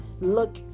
look